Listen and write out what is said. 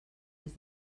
ens